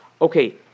okay